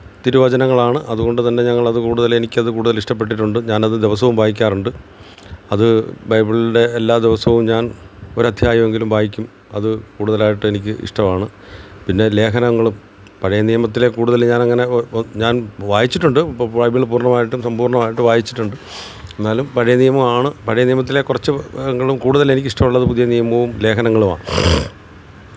തിരുവചനങ്ങളാണ് അതുകൊണ്ടുതന്നെ ഞങ്ങളത് കൂടുതൽ എനിക്കത് കൂടുതൽ ഇഷ്ടപ്പെട്ടിട്ടുണ്ട് ഞാനത് ദിവസവും വായിക്കാറുണ്ട് അത് ബൈബിളിന്റെ എല്ലാ ദിവസവും ഞാന് ഒരദ്ധ്യായമെങ്കിലും വായിക്കും അത് കൂടുതലായിട്ടും എനിക്ക് ഇഷ്ടമാണ് പിന്നെ ലേഖനങ്ങളും പഴയ നിയമത്തിലെ കൂടുതൽ ഞാനങ്ങനെ ഞാന് വായിച്ചിട്ടുണ്ട് ഇപ്പം ബൈബിള് പൂര്ണ്ണമായിട്ടും സമ്പൂര്ണ്ണമായിട്ടും വായിച്ചിട്ടുണ്ട് എന്നാലും പഴയ നിയമം ആണ് പഴയ നിയമത്തിലെ കുറച്ച് ഭാഗങ്ങളും കൂടുതല് എനിക്കിഷ്ടമുള്ളത് പുതിയ നിയമവും ലേഖനങ്ങളുമാണ്